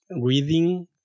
Reading